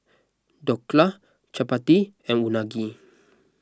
Dhokla Chapati and Unagi